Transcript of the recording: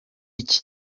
iki